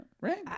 Right